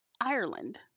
Ireland